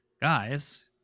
guys